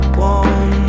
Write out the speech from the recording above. warm